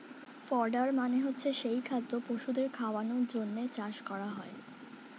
fodder মানে হচ্ছে যেই খাদ্য পশুদের খাওয়ানোর জন্যে চাষ করা হয়